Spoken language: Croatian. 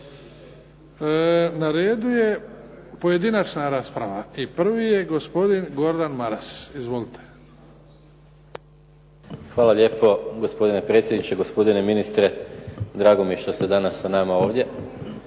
Na redu je pojedinačna rasprava. Prvi je gospodin Gordan Maras. Izvolite. **Maras, Gordan (SDP)** Hvala lijepo, gospodine predsjedniče, gospodine ministre. Drago mi je što ste danas sa nama ovdje